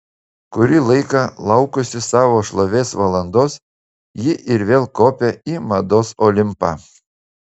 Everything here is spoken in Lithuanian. kurį laiką laukusi savo šlovės valandos ji ir vėl kopią į mados olimpą